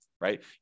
right